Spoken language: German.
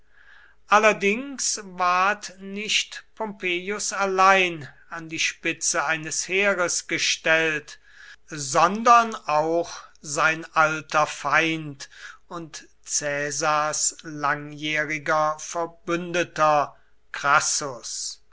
allerdings ward nicht pompeius allein an die spitze eines heeres gestellt sondern auch sein alter feind und caesars langjähriger verbündeter crassus